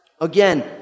Again